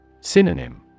Synonym